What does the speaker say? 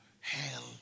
hell